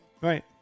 Right